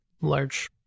large